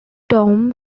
tom